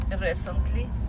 recently